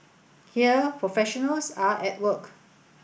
here professionals are at work